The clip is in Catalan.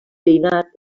veïnat